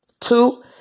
Two